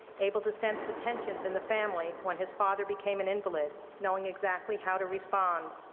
able to sense the tensions in the family when his father became an invalid, knowing exactly how to respond.